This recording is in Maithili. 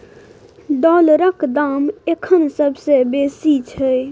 डॉलरक दाम अखन सबसे बेसी छै